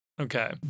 Okay